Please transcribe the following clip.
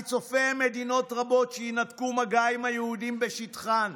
אני צופה מדינות רבות שינתקו מגע עם היהודים בשטחן.